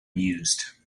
mused